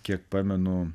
kiek pamenu